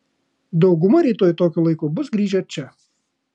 dauguma rytoj tokiu laiku bus grįžę čia